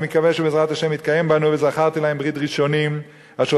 אני מקווה שבעזרת השם יתקיים בנו "וזכרתי להם ברית ראשֹנים אשר